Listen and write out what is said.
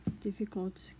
Difficult